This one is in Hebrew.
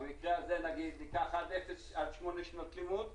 במקרה הזה ניקח עד שמונה שנות לימוד,